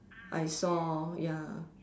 I saw ya